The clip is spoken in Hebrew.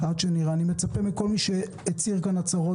אני מצפה מכל מי שהצהיר כאן הצהרות